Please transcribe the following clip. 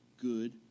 good